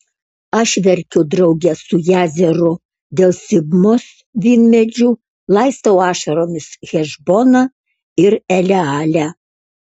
aš verkiu drauge su jazeru dėl sibmos vynmedžių laistau ašaromis hešboną ir elealę